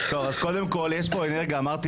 אמרתי